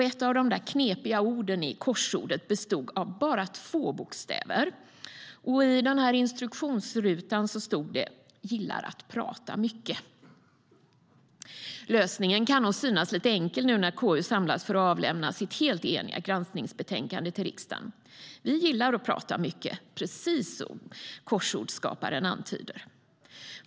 Ett av de knepiga orden i korsordet bestod av bara två bokstäver. I instruktionsrutan stod det: Gillar att prata mycket. Lösningen kan synas lite enkel när KU nu samlas för att avlämna sitt helt eniga granskningsbetänkande till riksdagen. Vi gillar att prata mycket, precis som korsordsskaparen antyder.